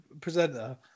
presenter